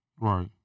Right